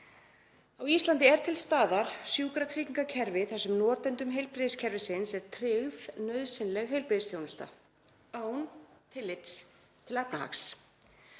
Á Íslandi er til staðar sjúkratryggingakerfi þar sem notendum heilbrigðiskerfisins er tryggð nauðsynleg heilbrigðisþjónusta án tillits til efnahags.